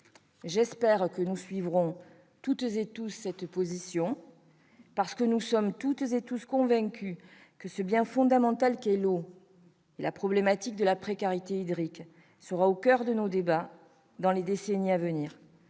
J'espère que, toutes et tous, nous suivrons cette position, parce que nous sommes toutes et tous convaincus que ce bien fondamental qu'est l'eau et la problématique de la précarité hydrique seront au coeur de nos débats dans les décennies à venir.